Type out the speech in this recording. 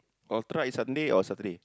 ultra is Sunday or Saturday